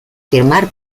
firmar